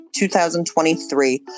2023